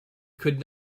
could